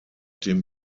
dem